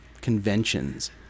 conventions